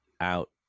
out